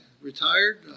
retired